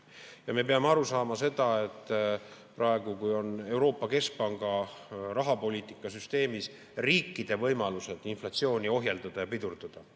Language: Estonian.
Me peame aru saama sellest, et praegu on Euroopa Keskpanga rahapoliitika süsteemis riikide võimalused inflatsiooni ohjeldada ja pidurdada